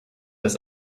das